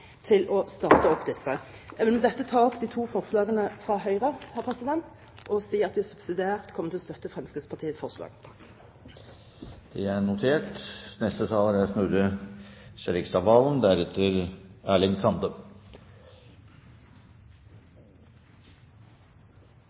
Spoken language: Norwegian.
til å starte opp de mobile gasskraftverkene. Jeg vil med dette ta opp de to forslagene fra Høyre og si at vi subsidiært kommer til å støtte Fremskrittspartiets forslag. Representanten Siri A. Meling har tatt opp de